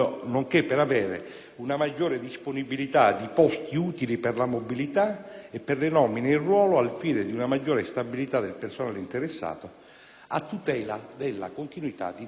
una maggiore disponibilità di posti utili per la mobilità e per le nomine in ruolo al fine di una maggiore stabilità del personale interessato, a tutela della continuità didattica.